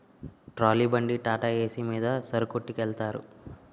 trolley బండి టాటాఏసి మీద సరుకొట్టికెలతారు